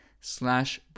slash